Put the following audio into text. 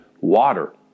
water